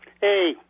Hey